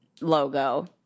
logo